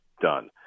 done